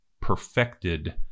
perfected